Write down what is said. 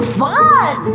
fun